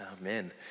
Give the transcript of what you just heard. Amen